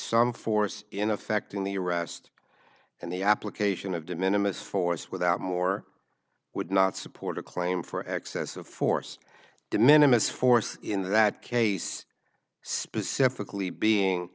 some force in effect in the arrest and the application of de minimus force without more would not support a claim for excess of force de minimus force in that case specifically being